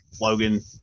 Logan